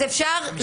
אז אפשר